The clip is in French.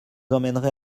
emmènerai